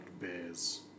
Bears